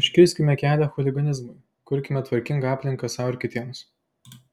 užkirskime kelią chuliganizmui kurkime tvarkingą aplinką sau ir kitiems